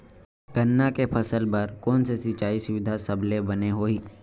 गन्ना के फसल बर कोन से सिचाई सुविधा सबले बने होही?